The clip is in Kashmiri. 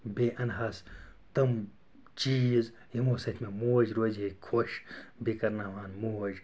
بیٚیہِ اَنہٕ ہاس تم چیٖز یِمو سۭتۍ مےٚ موج روزِ ہے خۄش بیٚیہِ کَرناوٕ ہان موج